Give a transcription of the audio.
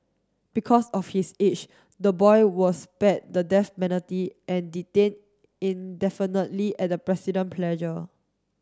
because of his age the boy was spared the death penalty and detained indefinitely at the President pleasure